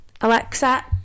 alexa